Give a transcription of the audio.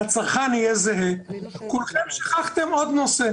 כולל מיהדות התורה, הליכוד, כולנו ומפלגות אחרות.